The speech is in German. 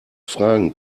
fragen